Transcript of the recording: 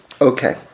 okay